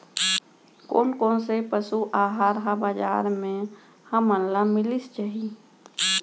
कोन कोन से पसु आहार ह बजार म हमन ल मिलिस जाही?